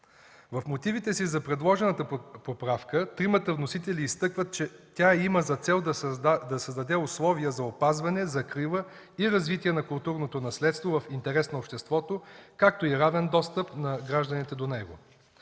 В мотивите си за предложената поправка тримата вносители изтъкват, че тя има за цел да създаде условия за опазване, закрила и развитие на културното наследство в интерес на обществото, както и равен достъп на гражданите до него.